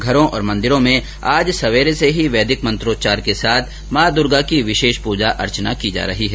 घरों और मंदिरों में आज सवेरे से ही वैदिक मंत्रोच्चार के साथ मॉ दुर्गा की विशेष पूजा अर्चना की जा रही है